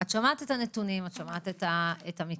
את שומעת את הנתונים, את שומעת את המקרים.